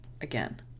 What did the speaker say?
Again